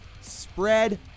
spread